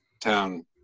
town